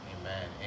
amen